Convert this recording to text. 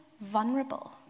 vulnerable